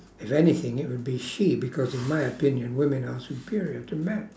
if anything it would be she because in my opinion women are superior to men